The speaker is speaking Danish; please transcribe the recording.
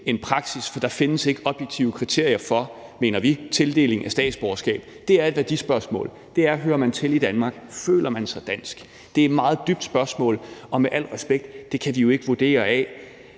anden praksis. For der findes ikke objektive kriterier for, mener vi, tildeling af statsborgerskaber. Det er et værdispørgsmål; det er et spørgsmål om, om man hører til i Danmark, og om man føler sig dansk. Det er et meget dybt spørgsmål, og med al respekt: Det kan de jo ikke vurdere ud